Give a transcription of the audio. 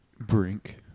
brink